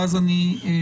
ואז אני אסכם.